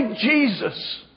Jesus